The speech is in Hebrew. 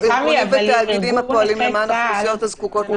ארגונים ותאגידים למען אוכלוסיות הזקוקות לסיוע.